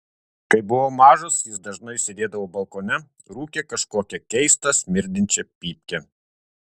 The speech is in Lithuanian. kai buvau mažas jis dažnai sėdėdavo balkone rūkė kažkokią keistą smirdinčią pypkę